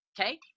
Okay